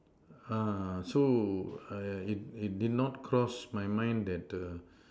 uh so I it it did did not cross my mind that the